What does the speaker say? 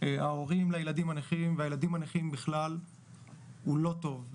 ההורים לילדים הנכים והילדים הנכים בכלל הוא לא טוב.